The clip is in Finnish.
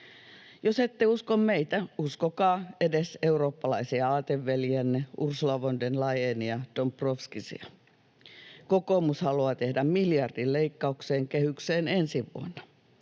Jos ette usko meitä, uskokaa edes eurooppalaisia aateveljiänne Ursula von der Leyenia ja Dombrovskisia. Kokoomus haluaa tehdä miljardin leikkauksen kehykseen ensi vuonna.